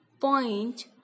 point